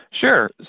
Sure